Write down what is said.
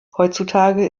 heutzutage